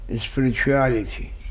spirituality